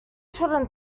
children